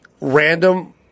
random